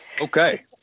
Okay